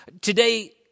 Today